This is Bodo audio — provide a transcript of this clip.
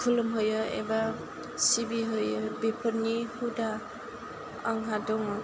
खुलुमहैयो एबा सिबि हैयो बेफोरनि हुदा आंहा दङ